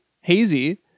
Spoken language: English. hazy